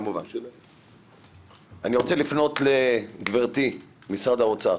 אני רוצה לפנות לגברתי ממשרד האוצר.